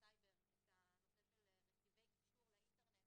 הסייבר את הנושא של רכיבי קישור לאינטרנט